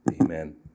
Amen